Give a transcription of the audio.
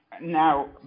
Now